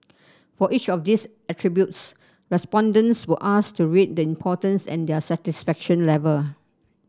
for each of these attributes respondents were asked to rate the importance and their satisfaction level